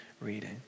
reading